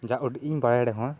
ᱡᱟ ᱩᱰᱤᱡ ᱤᱧ ᱵᱟᱲᱟᱭ ᱨᱮᱦᱚᱸ